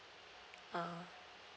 ah